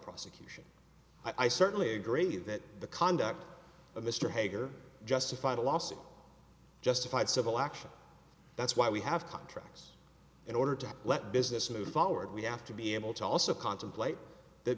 prosecution i certainly agree that the conduct of mr haggar justified a lawsuit justified civil action that's why we have contracts in order to let business move forward we have to be able to also contemplate th